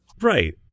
Right